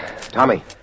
Tommy